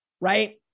Right